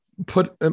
Put